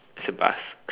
it's a bus